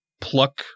pluck